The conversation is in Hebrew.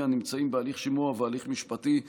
נמצאים בהליך שימוע ובהליך משפטי,